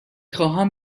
خواهم